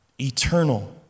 eternal